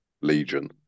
legion